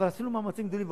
אבל עשינו מאמצים גדולים,